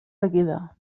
seguida